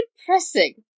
depressing